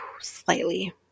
slightly